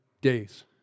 days